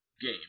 game